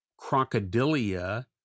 Crocodilia